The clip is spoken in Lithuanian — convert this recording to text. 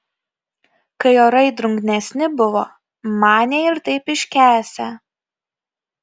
kai orai drungnesni buvo manė ir taip iškęsią